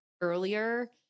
earlier